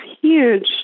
huge